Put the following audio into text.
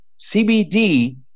CBD